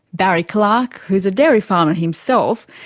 barry clarke, who's a dairy farmer himself,